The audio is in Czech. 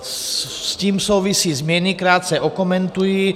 S tím souvisí změny, krátce okomentuji.